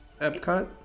Epcot